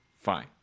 fine